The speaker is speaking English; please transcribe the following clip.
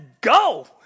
go